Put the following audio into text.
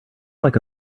like